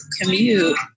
commute